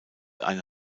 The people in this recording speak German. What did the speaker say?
eine